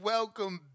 Welcome